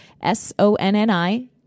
S-O-N-N-I